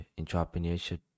entrepreneurship